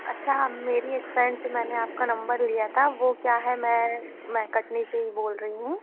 अच्छा मेरी एक फ्रेंड से मैंने आपका नंबर लिया था वो क्या है मैं मैं कटनी से ही बोल रही हूँ